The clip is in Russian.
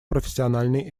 профессиональной